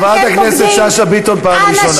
חברת הכנסת שאשא ביטון, פעם ראשונה.